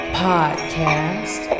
podcast